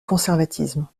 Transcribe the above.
conservatisme